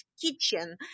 kitchen